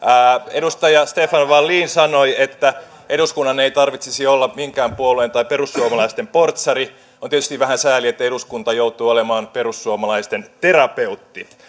edustaja stefan wallin sanoi että eduskunnan ei tarvitsisi olla minkään puolueen tai perussuomalaisten portsari on tietysti vähän sääli että eduskunta joutuu olemaan perussuomalaisten terapeutti